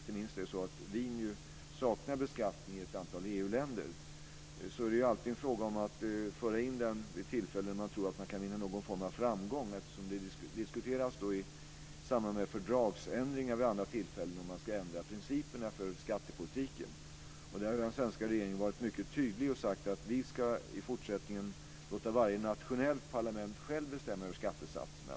Det är ju så att vin saknar beskattning i ett antal EU-länder. Det är alltid en fråga om att föra in detta vid ett tillfälle när man tror att man kan vinna någon form av framgång, eftersom det diskuteras i samband med fördragsändringar och andra tillfällen när man ska ändra principerna för skattepolitiken. Där har den svenska regeringen varit mycket tydlig och sagt att vi i fortsättningen ska låta varje nationellt parlament självt bestämma över skattesatserna.